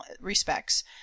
respects